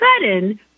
sudden